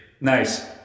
Nice